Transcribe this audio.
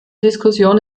diskussion